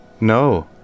No